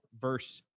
verse